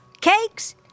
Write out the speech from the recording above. Cakes